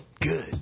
Good